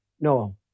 no